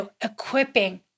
equipping